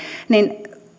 niin